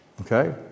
okay